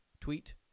tweet